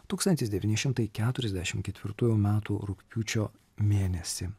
tūkstantis devyni šimtai keturiasdešim ketvirtųjų metų rugpjūčio mėnesį